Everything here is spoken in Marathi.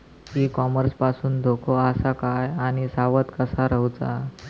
ई कॉमर्स पासून धोको आसा काय आणि सावध कसा रवाचा?